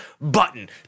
button